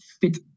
fit